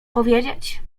powiedzieć